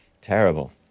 Terrible